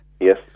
Yes